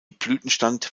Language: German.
blütenstand